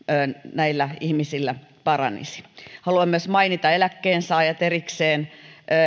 näillä ihmisillä paranisi haluan myös mainita eläkkeensaajat erikseen